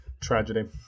tragedy